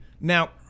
Now